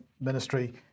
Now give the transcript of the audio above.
Ministry